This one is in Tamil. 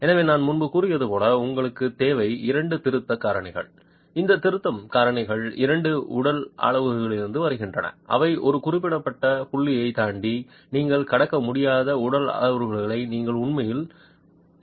எனவே நான் முன்பு கூறியது போல் உங்களுக்குத் தேவை இரண்டு திருத்தம் காரணிகள் இந்த திருத்தம் காரணிகள் இரண்டு உடல் அளவுகளிலிருந்து வருகின்றன அவை ஒரு குறிப்பிட்ட புள்ளியைத் தாண்டி நீங்கள் கடக்க முடியாத உடல் அளவுருக்களை நீங்கள் உண்மையில் முடியாது